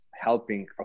helping